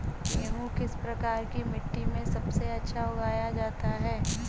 गेहूँ किस प्रकार की मिट्टी में सबसे अच्छा उगाया जाता है?